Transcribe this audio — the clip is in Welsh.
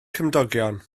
cymdogion